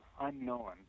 unknown